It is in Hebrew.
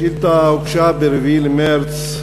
השאילתה הוגשה ב-4 במרס,